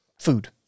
Food